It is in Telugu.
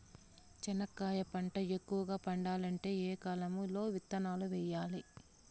చెనక్కాయ పంట ఎక్కువగా పండాలంటే ఏ కాలము లో విత్తనాలు వేయాలి?